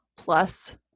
plus